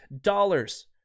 dollars